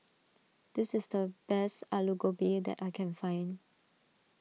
this is the best Alu Gobi that I can find